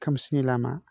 खोमसिनि लामा